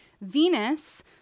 venus